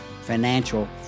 financial